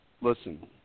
Listen